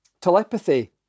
telepathy